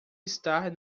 estar